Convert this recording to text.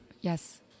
Yes